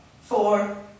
four